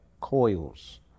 coils